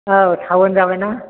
औ टाउन जाबाय ना